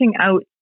out